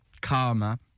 Karma